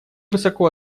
высоко